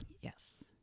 Yes